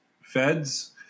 feds